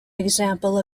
example